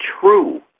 true